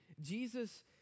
Jesus